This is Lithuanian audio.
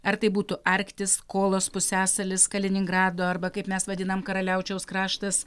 ar tai būtų arktis kolos pusiasalis kaliningrado arba kaip mes vadinam karaliaučiaus kraštas